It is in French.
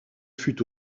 fut